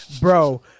bro